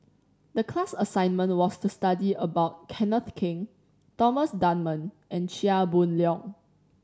the class assignment was to study about Kenneth Keng Thomas Dunman and Chia Boon Leong